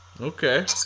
Okay